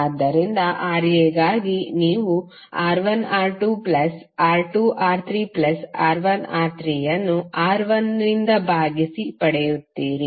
ಆದ್ದರಿಂದ Ra ಗಾಗಿ ನೀವು R1R2R2R3R1R3 ಅನ್ನು R1 ರಿಂದ ಭಾಗಿಸಿ ಪಡೆಯುತ್ತೀರಿ